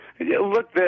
Look